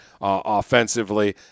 offensively